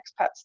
expats